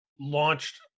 launched